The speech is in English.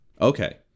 Okay